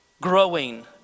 Growing